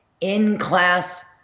in-class